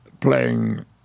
playing